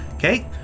Okay